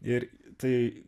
ir tai